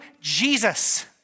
Jesus